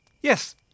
Yes